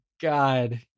God